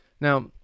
now